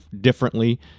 differently